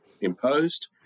imposed